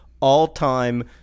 all-time